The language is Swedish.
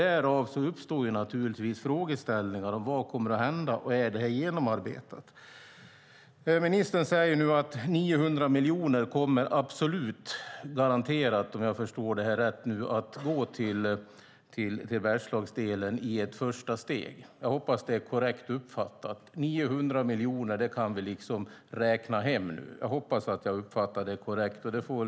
Därför uppstår naturligtvis frågor om vad som kommer att hända och om det är genomarbetat. Ministern säger nu att 900 miljoner absolut garanterat, om jag förstår detta rätt, i ett första steg kommer att gå till Bergslagsdelen. Jag hoppas att det är korrekt uppfattat att vi nu kan räkna hem 900 miljoner.